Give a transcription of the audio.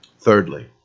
Thirdly